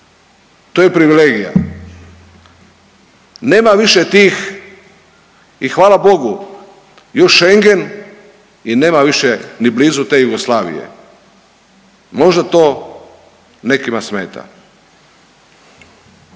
to je privilegija. Nema više tih i hvala Bogu, još Schengen i nema više ni blizu te Jugoslavije. Možda to nekima smeta.